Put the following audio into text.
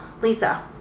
Lisa